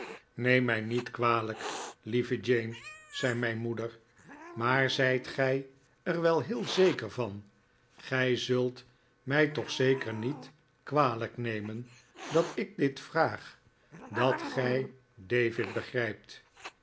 neem mij niet kwalijk lieve jane zei mijn moeder maar zijt gij er wel heel zeker van gij zult mij toch zeker niet kwalijk nemen dat ik dit vraag dat gij david begrijpt